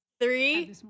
Three